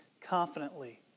confidently